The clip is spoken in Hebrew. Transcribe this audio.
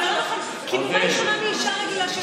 במה היא שונה מאישה רגילה שיוצאת לעבוד,